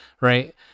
Right